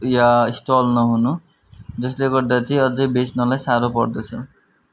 या stall नहुनु जसले गर्दा चाहिँ अझ बेच्नलाई साह्रो पर्दछ